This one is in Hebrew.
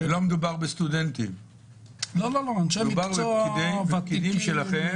לא מדובר בסטודנטים, מדובר בפקידים שלכם.